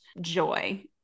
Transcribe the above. joy